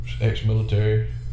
ex-military